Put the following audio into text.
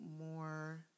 more